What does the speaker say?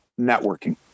networking